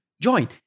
join